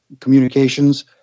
Communications